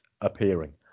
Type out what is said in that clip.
appearing